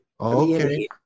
okay